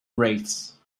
wraiths